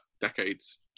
Decades